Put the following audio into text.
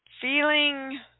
feeling